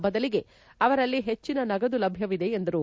ಬದಲಿಗೆ ಅವರಲ್ಲಿ ಹೆಚ್ಚಿನ ನಗದು ಲಭ್ಯವಿದೆ ಎಂದರು